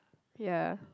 ya